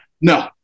No